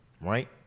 Right